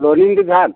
loaning विभाग